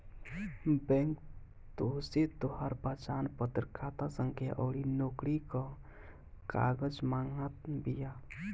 bank तोहसे तोहार पहचानपत्र, खाता संख्या अउरी नोकरी कअ कागज मांगत बिया